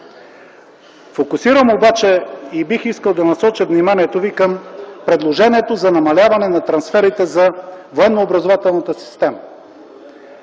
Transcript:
Фокусирам обаче и бих искал да насоча вниманието ви към предложението за намаляване на трансферите за военнообразователната система.